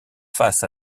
face